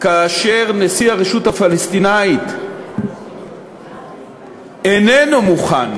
כאשר נשיא הרשות הפלסטינית איננו מוכן,